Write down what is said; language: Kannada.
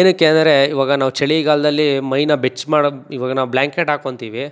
ಏನಕ್ಕೆ ಅಂದರೆ ಇವಾಗ ನಾವು ಚಳಿಗಾಲದಲ್ಲಿ ಮೈನ ಬೆಚ್ಗೆ ಮಾಡೋಕೆ ಇವಾಗ ನಾವು ಬ್ಲ್ಯಾಂಕೆಟ್ ಹಾಕೊಂತಿವಿ